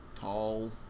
tall